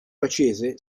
accese